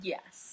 Yes